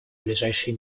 ближайшие